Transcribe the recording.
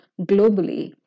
globally